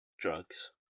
Drugs